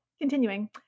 continuing